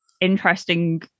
interesting